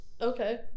Okay